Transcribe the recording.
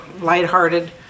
lighthearted